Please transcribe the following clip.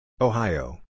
Ohio